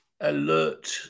alert